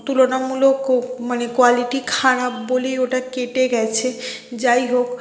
তুলনামূলক ও মানে কোয়ালিটি খারাপ বলেই ওটা কেটে গেছে যাই হোক